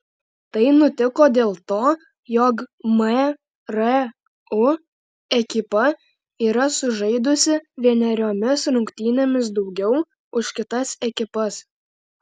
tai nutiko dėl to jog mru ekipa yra sužaidusi vieneriomis rungtynėmis daugiau už kitas ekipas